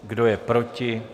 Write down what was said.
Kdo je proti?